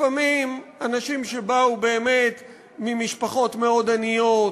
לפעמים אנשים שבאו באמת ממשפחות מאוד עניות,